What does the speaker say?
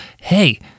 hey